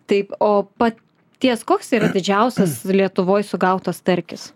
taip o paties koks yra didžiausias lietuvoj sugautas starkis